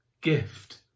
gift